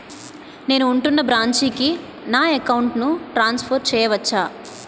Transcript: నేను ఉంటున్న బ్రాంచికి నా అకౌంట్ ను ట్రాన్సఫర్ చేయవచ్చా?